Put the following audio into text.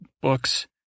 books